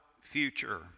future